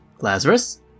Lazarus